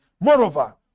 Moreover